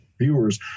viewers